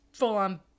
full-on